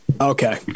okay